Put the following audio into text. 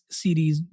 series